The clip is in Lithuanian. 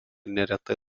neretai